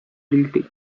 guilty